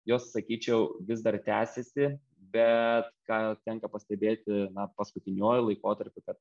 jos sakyčiau vis dar tęsiasi bet ką tenka pastebėti paskutiniuoju laikotarpiu kad